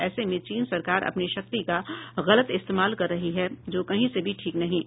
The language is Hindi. ऐसे में चीन सरकार अपनी शक्ति का गलत इस्तेमाल कर रही है जो कहीं से भी ठीक नहीं है